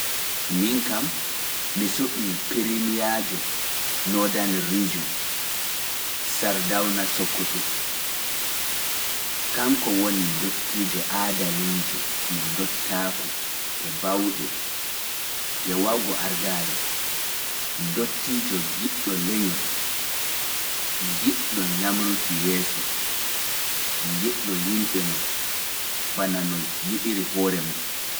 Min kam, mi suɓii pirimiyaajo Nothern region Sardawna Sokoto, kanko woni ndottiijo aadaliijo mo ndottaaku e baawɗe e waawgo ardaare, ndottiijo giɗɗo leñol, giɗɗo ñamruki yeeso, giɗɗo yimɓe mum, bana no yiɗiri hoore mum.